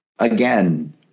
Again